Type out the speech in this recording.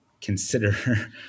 consider